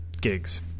gigs